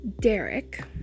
Derek